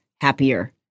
happier